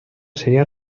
sería